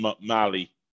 Mali